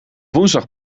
woensdag